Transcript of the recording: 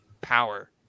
power